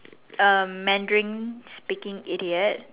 um Mandarin speaking idiot